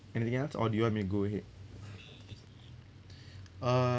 anything else or do you want me to go ahead uh